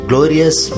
Glorious